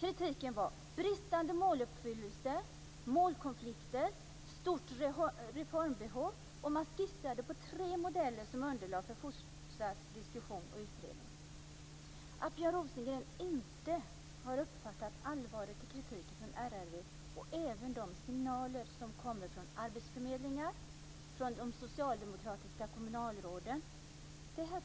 Kritiken gällde bristande måluppfyllelse och målkonflikter, och det fanns ett stort reformbehov. Man skissade på tre modeller som underlag för fortsatt diskussion och utredning. Att Björn Rosengren inte har uppfattat allvaret i kritiken från RRV eller de signaler som kommer från arbetsförmedlingar och från de socialdemokratiska kommunalråden